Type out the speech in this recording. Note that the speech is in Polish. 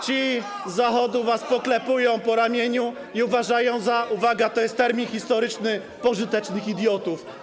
ci z Zachodu was poklepują po ramieniu i uważają za - uwaga, to jest termin historyczny - pożytecznych idiotów.